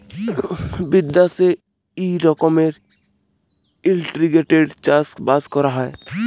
বিদ্যাশে ই রকমের ইলটিগ্রেটেড চাষ বাস ক্যরা হ্যয়